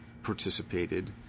participated